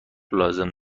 لازم